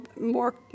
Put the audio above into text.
more